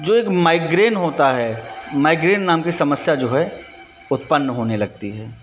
जो माइग्रेन होता है माइग्रेन नाम की समस्या जो है उत्पन्न होने लगती है